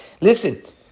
Listen